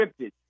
scripted